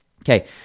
okay